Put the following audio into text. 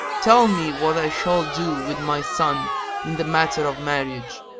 tell me what i shall do with my son in the matter of marriage.